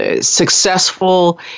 successful